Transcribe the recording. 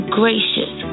gracious